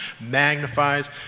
magnifies